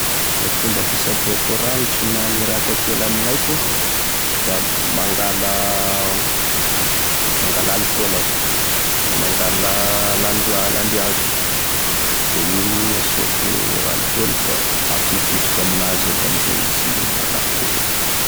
Gne fomba fisaboako e rangotry na e ratra kely amign'aiko, da mangala mangala alcool aho, da mangala landia- landihazo, de igny asiako alcool da afipitriko aminazy eo da amizay izy malaky ketraky.